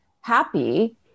happy